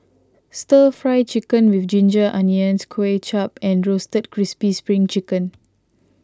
Stir Fry Chicken with Ginger Onions Kway Chap and Roasted Crispy Spring Chicken